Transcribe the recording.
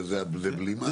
זה בלימה.